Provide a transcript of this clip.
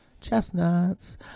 Chestnuts